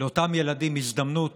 הזדמנות